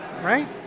right